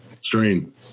Strain